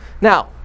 now